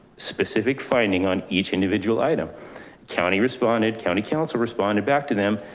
specific finding on each individual item county responded county council responded back to them.